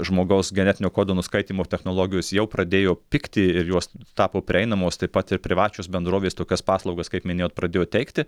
žmogaus genetinio kodo nuskaitymo technologijos jau pradėjo pigti ir jos tapo prieinamos taip pat ir privačios bendrovės tokias paslaugas kaip minėjot pradėjo teikti